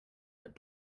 that